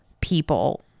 people